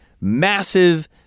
massive